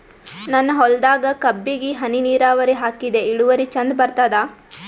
ನನ್ನ ಹೊಲದಾಗ ಕಬ್ಬಿಗಿ ಹನಿ ನಿರಾವರಿಹಾಕಿದೆ ಇಳುವರಿ ಚಂದ ಬರತ್ತಾದ?